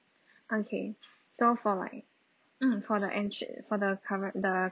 okay so for like mm for the entry for the current the